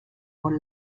por